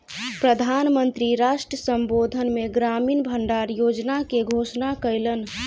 प्रधान मंत्री राष्ट्र संबोधन मे ग्रामीण भण्डार योजना के घोषणा कयलैन